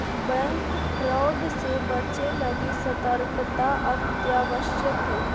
bank fraud से बचे लगी सतर्कता अत्यावश्यक हइ